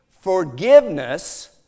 forgiveness